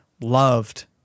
loved